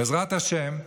בעזרת השם,